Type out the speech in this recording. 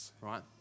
Right